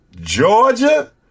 Georgia